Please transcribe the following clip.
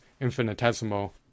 infinitesimal